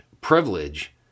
privilege